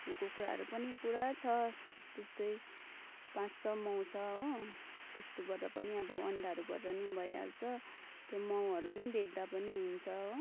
कुखुराहरू पनि पुरा छ त्यस्तै पाँच छ माउ छ हो त्यस्तोबाट पनि अब अन्डाहरूबाट पनि भइहाल्छ त्यो माउहरू नै बेच्दा पनि हुन्छ हो